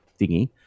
thingy